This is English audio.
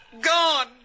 Gone